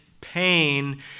pain